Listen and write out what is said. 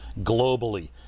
globally